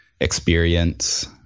experience